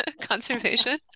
conservation